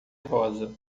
rosa